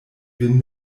vin